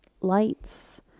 lights